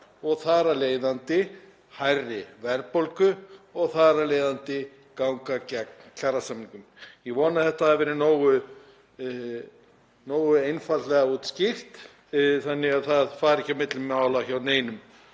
og þar af leiðandi hærri verðbólgu og þar af leiðandi ganga gegn kjarasamningum. Ég vona að þetta hafi verið nógu einfaldlega útskýrt þannig að það fari ekki á milli mála hjá neinum.